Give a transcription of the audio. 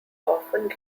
often